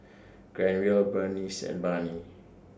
Granville Berneice and Barney